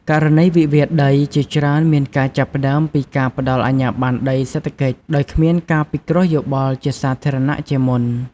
ករណីវិវាទដីជាច្រើនមានការចាប់ផ្ដើមពីការផ្ដល់អាជ្ញាបណ្ណដីសេដ្ឋកិច្ច ដោយគ្មានការពិគ្រោះយោបល់ជាសាធារណៈជាមុន។